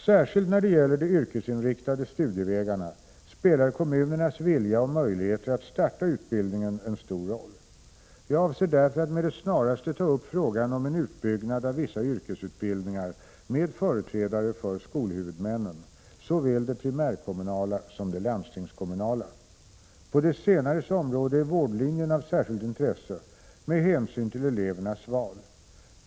Särskilt när det gäller de yrkesinriktade studievägarna spelar kommunernas vilja och möjligheter att starta utbildning en stor roll. Jag avser därför att med det snaraste ta upp frågan om en utbyggnad av vissa yrkesutbildningar med företrädare för skolhuvudmännen, såväl de primärkommunala som de landstingskommunala. På de senares område är vårdlinjen av särskilt intresse med hänsyn till elevernas val.